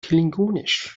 klingonisch